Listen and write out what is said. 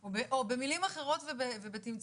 או במילים אחרות ובתמצות,